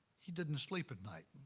he didn't sleep at night.